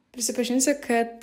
prisipažinsiu kad